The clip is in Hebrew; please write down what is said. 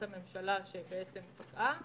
מהשירות חוץ מפרטים שמוכנסים לרשימת חייבי הבידוד.